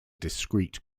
discrete